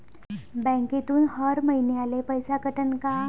बँकेतून हर महिन्याले पैसा कटन का?